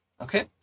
Okay